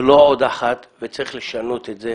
וצריך לשנות את זה.